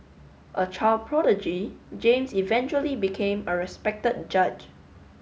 a child prodigy James eventually became a respected judge